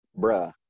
bruh